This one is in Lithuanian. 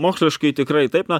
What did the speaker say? moksliškai tikrai taip na